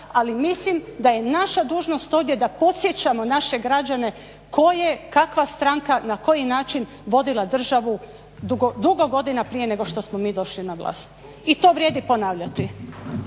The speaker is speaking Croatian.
ali mislim da je naša dužnost ovdje da podsjećamo naše građane tko je, kakva stranka, na koji način vodila državu dugo godina prije nego što smo mi došli na vlast. I to vrijedi ponavljati.